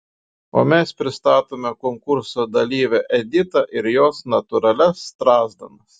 o mes pristatome konkurso dalyvę editą ir jos natūralias strazdanas